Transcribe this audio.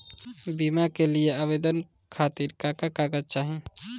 बीमा के लिए आवेदन खातिर का का कागज चाहि?